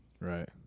Right